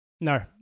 No